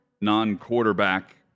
non-quarterback